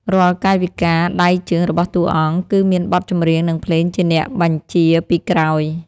រាល់កាយវិការដៃជើងរបស់តួអង្គ គឺមានបទចម្រៀង និងភ្លេងជាអ្នកបញ្ជាពីក្រោយ។